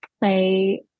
play